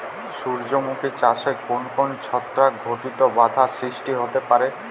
সূর্যমুখী চাষে কোন কোন ছত্রাক ঘটিত বাধা সৃষ্টি হতে পারে?